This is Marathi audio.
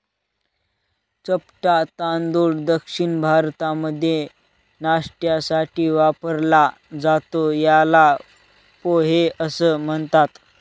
चपटा तांदूळ दक्षिण भारतामध्ये नाष्ट्यासाठी वापरला जातो, याला पोहे असं म्हणतात